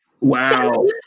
Wow